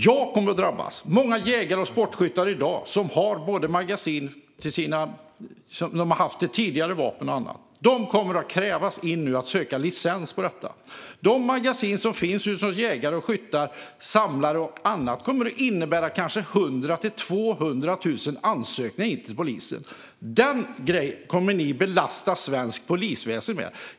Jag kommer att drabbas. Många jägare och sportskyttar har i dag magasin till vapen som de har haft tidigare. Det kommer att krävas att de söker licens för detta. De magasin som finns hos jägare, skyttar och samlare kommer kanske att innebära att det kommer in 100 000-200 000 ansökningar till polisen. Detta kommer ni att belasta svenskt polisväsen med.